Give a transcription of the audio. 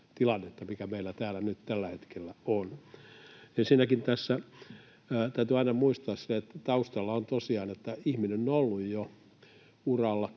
tilannetta, mikä meillä täällä nyt tällä hetkellä on. Ensinnäkin tässä täytyy aina muistaa se, että taustalla on tosiaan, että ihminen on ollut jo uralla